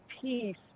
peace